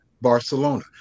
Barcelona